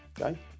Okay